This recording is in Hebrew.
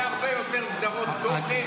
יהיו הרבה יותר סדרות תוכן אמיתי.